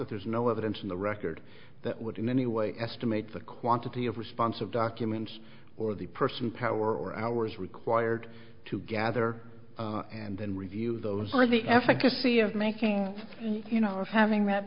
that there's no evidence in the record that would in any way estimate the quantity of responsive documents or the person power or hours required to gather and then review those or the efficacy of making you know having that